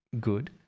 good